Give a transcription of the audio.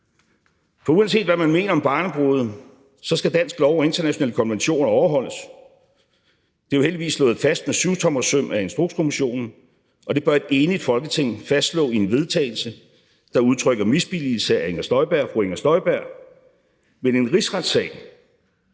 For uanset hvad man mener om barnebrude, skal dansk lov og internationale konventioner overholdes. Det er jo heldigvis slået fast med syvtommersøm af Instrukskommissionen, og det bør et enigt Folketing fastslå i en vedtagelse, der udtrykker misbilligelse af fru Inger Støjberg, men en rigsretssag